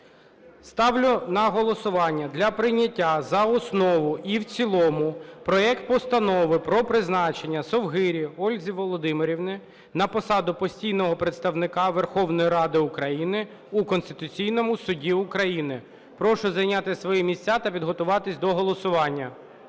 Ставлю на голосування для прийняття за основу і в цілому проект Постанови про призначення Совгирі Ольги Володимирівни на посаду постійного представника Верховної Ради України у Конституційному Суді України. Прошу зайняти свої місця та підготуватись до голосування,